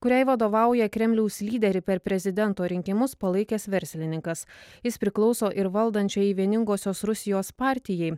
kuriai vadovauja kremliaus lyderį per prezidento rinkimus palaikęs verslininkas jis priklauso ir valdančiajai vieningosios rusijos partijai